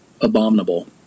abominable